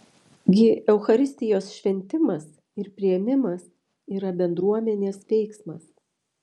gi eucharistijos šventimas ir priėmimas yra bendruomenės veiksmas